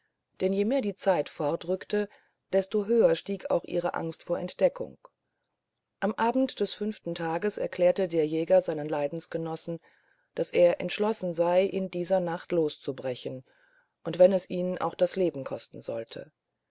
denn je mehr die zeit fortrückte desto höher stieg auch ihre angst vor entdeckung am abend des fünften tages erklärte der jäger seinen leidensgenossen daß er entschlossen sei in dieser nacht loszubrechen und wenn es ihn auch das leben kosten sollte